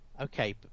Okay